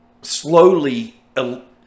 slowly